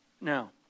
Now